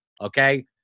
Okay